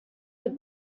het